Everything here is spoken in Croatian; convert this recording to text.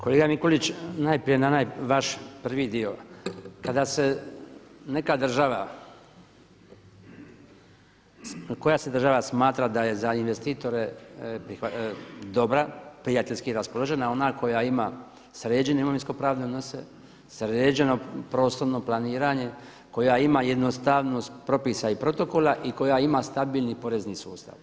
Kolega Mikulić najprije na onaj vaš prvi dio, kada se neka država koja se država smatra da je za investitore dobra, prijateljski raspoložena, ona koja ima sređeno imovinsko-pravne odnose, sređeno prostorno planiranje, koja ima jednostavnost propisa i protokola ikoja ima stabilni porezni sustav.